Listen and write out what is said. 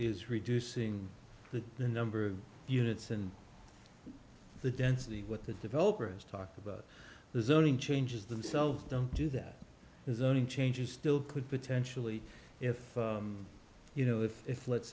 is reducing the number of units and the density what the developers talk about the zoning changes themselves don't do that is only changes still could potentially if you know that if let's